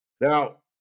Now